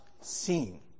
seen